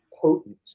potent